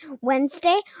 Wednesday